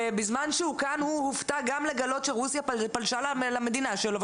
ובזמן שהוא כאן הוא הופתע גם לגלות שרוסיה פלשה למדינה שלו,